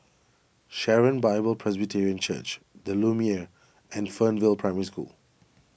Sharon Bible Presbyterian Church the Lumiere and Fernvale Primary School